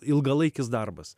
ilgalaikis darbas